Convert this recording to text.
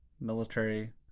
military